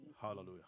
Hallelujah